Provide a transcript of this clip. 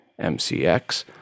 MCX